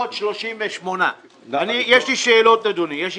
338. יש לי שאלות, אדוני.